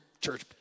church